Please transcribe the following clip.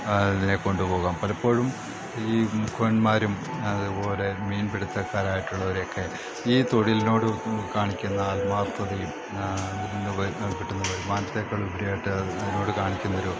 അതിനെ കൊണ്ടുപോകാം പലപ്പോഴും ഈ മുക്കുവൻമാരും അതുപോലെ മീൻ പിടുത്തക്കാരായിട്ടുള്ളവരൊക്കെ ഈ തൊഴിലിനോടു കാണിക്കുന്ന ആത്മാർത്ഥതയും അതിനു കിട്ടുന്ന വരുമാനത്തേക്കാളുപരിയായിട്ട് അതിനോടു കാണിക്കുന്നൊരു